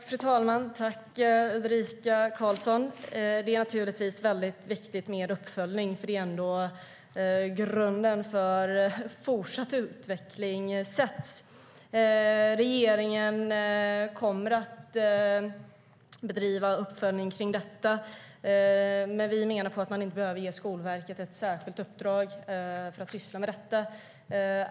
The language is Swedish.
Fru talman! Tack, Ulrika Carlsson. Det är naturligtvis väldigt viktigt med uppföljning. Det är ändå grunden för fortsatt utveckling. Regeringen kommer att bedriva uppföljning av detta. Men vi menar att man inte behöver ge Skolverket ett särskilt uppdrag att syssla med detta.